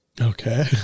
Okay